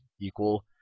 equal